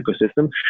ecosystem